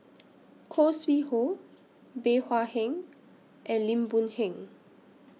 Khoo Sui Hoe Bey Hua Heng and Lim Boon Heng